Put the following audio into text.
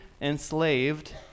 enslaved